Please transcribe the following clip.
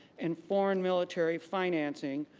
and foreign military financing,